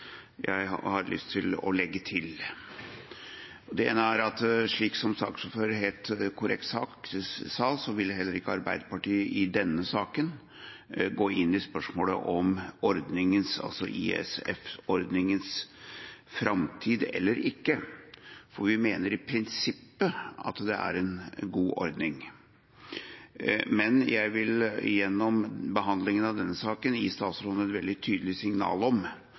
jeg har lyst til å legge til. Det ene er at slik som saksordføreren helt korrekt sa, ville heller ikke Arbeiderpartiet i denne saken gå inn i spørsmålet om ISF-ordningens framtid eller ikke, for vi mener i prinsippet at det er en god ordning. Men jeg vil gjennom behandlingen av denne saken gi statsråden et veldig tydelig signal om